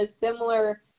similar